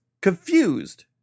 confused